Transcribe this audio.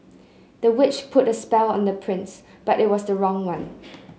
the witch put a spell on the prince but it was the wrong one